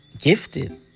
gifted